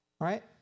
Right